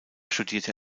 studierte